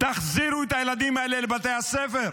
החזירו את הילדים האלה לבתי הספר,